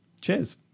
Cheers